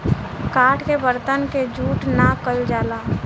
काठ के बरतन के जूठ ना कइल जाला